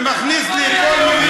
ומכניס לי כל מיני,